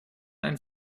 einen